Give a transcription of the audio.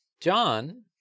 John